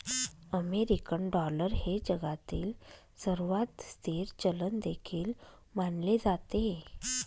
American dollar हे जगातील सर्वात स्थिर चलन देखील मानले जाते